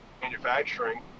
manufacturing